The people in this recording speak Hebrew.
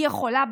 היא יכולה,